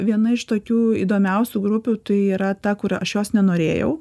viena iš tokių įdomiausių grupių tai yra ta kur aš jos nenorėjau